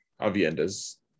Avienda's